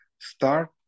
start